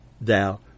thou